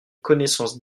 connaissance